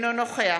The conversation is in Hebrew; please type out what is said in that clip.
אינו נוכח